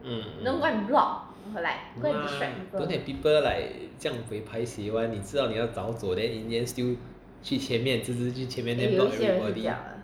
mm no lah don't have people like 这样 buay paiseh [one] 你知道你要早走 then in the end still 去前面直直去前面 then block everybody